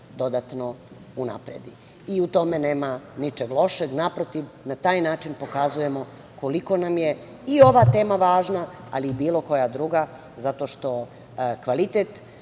dodatno unapredi i u tome nema ničeg lošeg. Naprotiv, na taj način pokazujemo koliko nam je i ova tema važna ali i bilo koja druga, zato što kvalitet